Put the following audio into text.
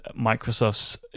Microsoft's